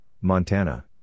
Montana